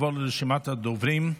נעבור לרשימת הדוברים.